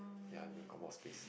ya then got more space